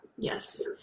yes